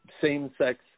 same-sex